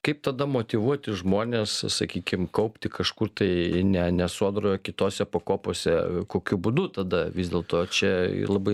kaip tada motyvuoti žmones sakykim kaupti kažkur tai ne ne sodroj kitose pakopose kokiu būdu tada vis dėlto čia labai